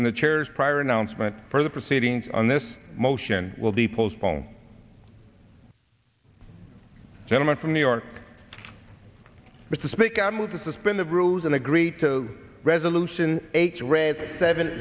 and the chairs prior announcement for the proceedings on this motion will be postponed gentleman from new york with the speaker move to suspend the rules and agree to resolution